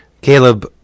Caleb